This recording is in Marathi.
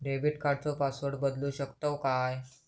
डेबिट कार्डचो पासवर्ड बदलु शकतव काय?